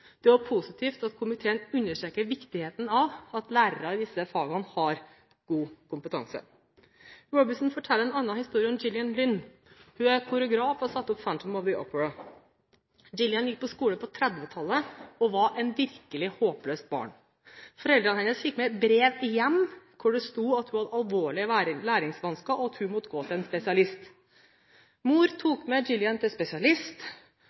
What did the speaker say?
Det er også positivt at komiteen understreker viktigheten av at lærerne i disse fagene har god kompetanse. Robinson forteller en annen historie, om Gillian Lynne. Hun er koreograf og har satt opp «The Phantom of the Opera». Gillian gikk på skole på 1930-tallet og var et virkelig håpløst barn. Hun fikk brev med hjem til foreldrene hvor det sto at hun hadde alvorlige lærevansker, og at hun måtte gå til en spesialist. Mor tok Gillian med til spesialist